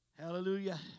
Hallelujah